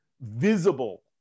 visible